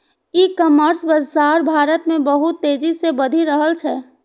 ई commerce बाजार भारत मे बहुत तेजी से बढ़ि रहल छै